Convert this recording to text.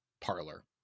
parlor